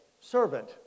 servant